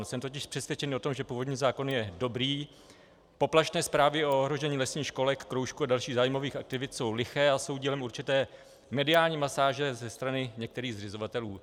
Jsem totiž přesvědčený o tom, že původní zákon je dobrý, poplašné zprávy o ohrožení lesních školek, kroužků a dalších zájmových aktivit jsou liché a jsou dílem určité mediální masáže ze strany některých zřizovatelů.